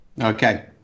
okay